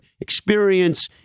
experience